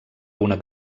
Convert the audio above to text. una